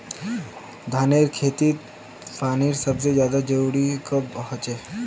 धानेर खेतीत पानीर सबसे ज्यादा जरुरी कब होचे?